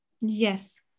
Yes